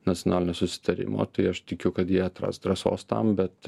nacionalinio susitarimo tai aš tikiu kad jie atras drąsos tam bet